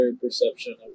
perception